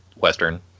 western